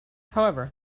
however